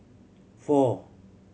four